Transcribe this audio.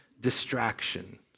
distraction